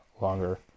longer